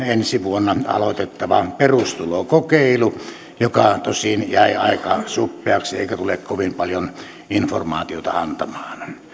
ensi vuonna aloitettava perustulokokeilu joka tosin jäi aika suppeaksi eikä tule kovin paljon informaatiota antamaan